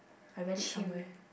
I read it somewhere